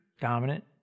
dominant